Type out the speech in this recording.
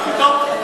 מה פתאום?